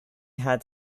had